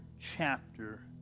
chapter